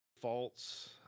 false